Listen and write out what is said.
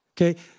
okay